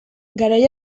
garai